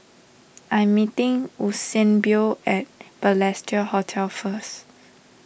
I'm meeting Eusebio at Balestier Hotel first